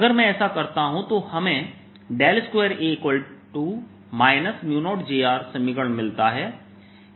अगर मैं ऐसा करता हूं तो हमें 2A 0j समीकरण मिलता है